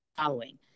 following